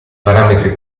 parametri